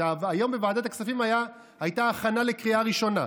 היום בוועדת הכספים הייתה הכנה לקריאה הראשונה,